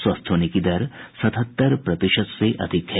स्वस्थ होने की दर सतहत्तर प्रतिशत से अधिक है